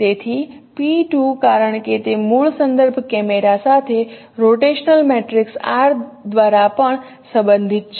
તેથી P 2 કારણ કે તે મૂળ સંદર્ભ કેમેરા સાથે રોટેશનલ મેટ્રિક્સ R દ્વારા પણ સંબંધિત છે